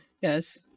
Yes